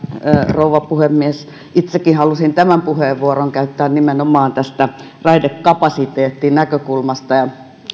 rouva puhemies itsekin halusin tämän puheenvuoron käyttää nimenomaan raidekapasiteettinäkökulmasta ja